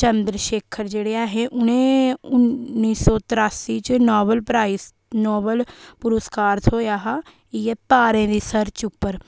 चन्द्र शेखर जेह्ड़े ऐ हे उ'नें उन्नी सौ त्रासी च नावल प्राइज नोवल पुरस्कार थ्होएया हा इ'यै तारें दी सर्च उप्पर